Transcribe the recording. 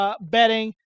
betting